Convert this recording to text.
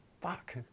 fuck